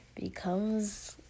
becomes